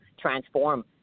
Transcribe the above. transform